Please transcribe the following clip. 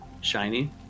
Shiny